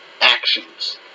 actions